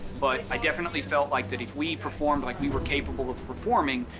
but i definitely felt like, that if we performed like we were capable of performing,